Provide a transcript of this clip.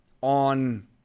on